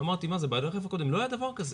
ברכב הקודם לא היה דבר כזה.